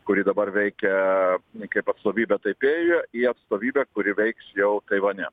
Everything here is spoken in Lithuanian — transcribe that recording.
kuri dabar veikia kaip atstovybę taipėjuje į atstovybę kuri veiks jau taivane